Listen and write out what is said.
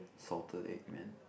salted egg man